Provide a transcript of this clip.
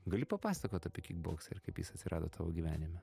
gali papasakot apie kikboksą ir kaip jis atsirado tavo gyvenime